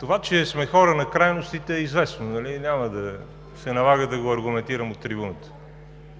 Това че сме хора на крайностите е известно, нали? Няма да се налага да го аргументирам от трибуната.